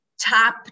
top